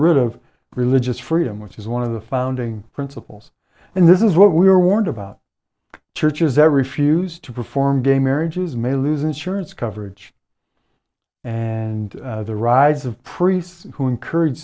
rid of religious freedom which is one of the founding principles and this is what we were warned about churches every fews to perform gay marriages may lose insurance coverage and the rise of priests who encourage